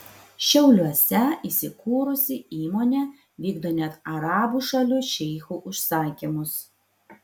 šiauliuose įsikūrusi įmonė vykdo net arabų šalių šeichų užsakymus